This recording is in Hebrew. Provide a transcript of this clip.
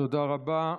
תודה רבה.